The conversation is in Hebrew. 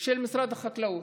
של משרד החקלאות.